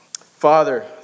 Father